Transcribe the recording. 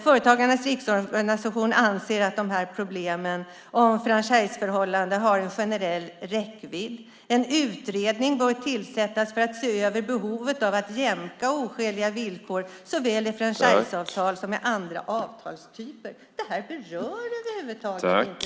Företagarnas riksorganisation anser att de här problemen om franchiseförhållanden har en generell räckvidd: En utredning bör tillsättas för att se över behovet av att jämka oskäliga villkor såväl i franchiseavtal som i andra avtalstyper. Det här berörs över huvud taget inte i svaret.